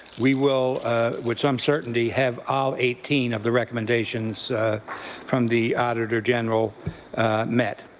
we will with some certainty have all eighteen of the recommendations from the auditor general met.